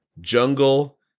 Jungle